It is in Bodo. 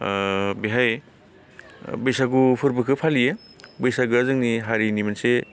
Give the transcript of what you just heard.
ओ बेहाय बैसागु फोरबोखो फालियो बैसागोआ जोंनि हारिनि मोनसे